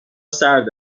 سرد